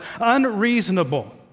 unreasonable